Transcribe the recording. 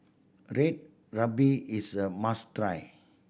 Red Ruby is a must try